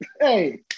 Hey